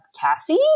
Cassie